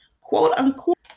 quote-unquote